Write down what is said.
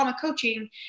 coaching